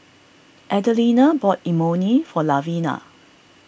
Adelina bought Imoni for Lavina